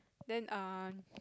then err